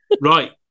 Right